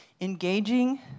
Engaging